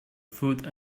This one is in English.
food